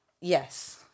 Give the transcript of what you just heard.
Yes